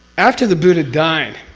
after the buddha died.